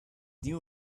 new